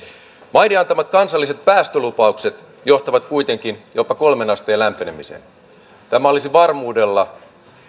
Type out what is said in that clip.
maiden antamat kansalliset päästölupaukset johtavat kuitenkin jopa kolmeen asteen lämpenemiseen tämä olisi varmuudella